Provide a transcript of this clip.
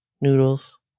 Noodles